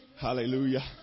Hallelujah